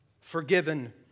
forgiven